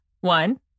One